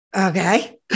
okay